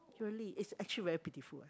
really it's actually very pitiful